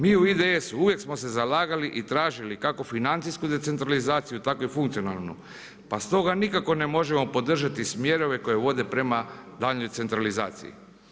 Mi u IDS-u uvijek smo se zalagali i tražili kako financijsku decentralizaciju, tako i funkcionalnu, pa stoga nikako ne možemo podržati smjerove koji vode prema daljnjoj centralizaciji.